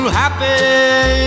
happy